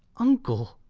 uncle,